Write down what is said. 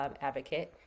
advocate